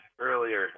earlier